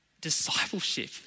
discipleship